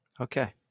Okay